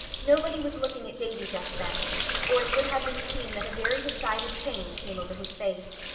nobody was looking at davy just then or it would have been seen that a very decided change came over his face.